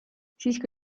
siiski